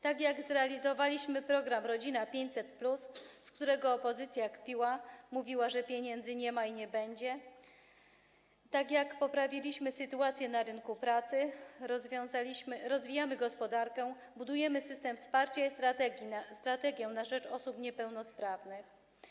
Tak jak zrealizowaliśmy program „Rodzina 500+”, z którego opozycja kpiła, mówiła, że pieniędzy nie ma i nie będzie, tak jak poprawiliśmy sytuację na rynku pracy, tak rozwijamy gospodarkę, budujemy system wsparcia i strategię na rzecz osób niepełnosprawnych.